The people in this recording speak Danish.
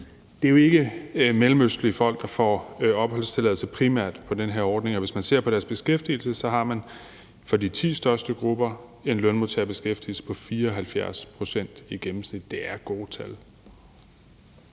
det er jo ikke mellemøstlige folk, der primært får opholdstilladelse på den her ordning, og hvis man ser på deres beskæftigelse, har man for de ti største grupper en lønmodtagerbeskæftigelse på 74 pct. i gennemsnit. Det er gode tal.